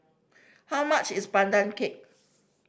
how much is Pandan Cake